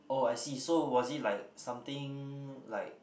oh I see so was it like something like